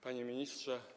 Panie Ministrze!